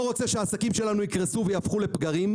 רוצה שהעסקים שלנו יקרסו ויהפכו לפגרים,